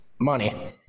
money